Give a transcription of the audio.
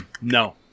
No